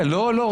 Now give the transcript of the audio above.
לא, לא.